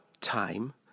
time